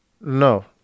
no